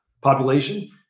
population